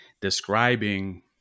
describing